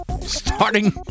Starting